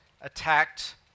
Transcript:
attacked